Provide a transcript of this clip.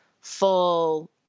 full